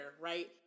right